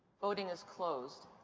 voting is closed.